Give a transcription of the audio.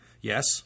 yes